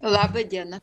laba diena